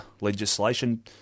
legislation